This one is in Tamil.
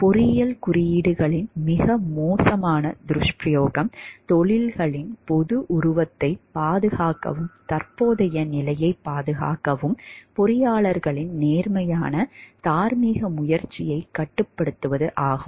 பொறியியல் குறியீடுகளின் மிக மோசமான துஷ்பிரயோகம் தொழில்களின் பொது உருவத்தைப் பாதுகாக்கவும் தற்போதைய நிலையைப் பாதுகாக்கவும் பொறியாளர்களின் நேர்மையான தார்மீக முயற்சியைக் கட்டுப்படுத்துவதாகும்